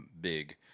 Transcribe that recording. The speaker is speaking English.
big